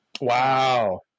wow